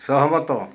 ସହମତ